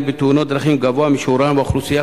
בתאונות דרכים גבוה משיעורן באוכלוסייה,